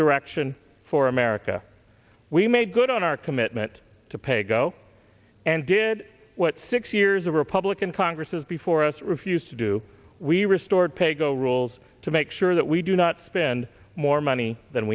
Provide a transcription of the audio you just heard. direction for america we made good on our commitment to pay go and did what six years of republican congresses before us refused to do we restored paygo rules to make sure that we do not spend more money than